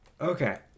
Okay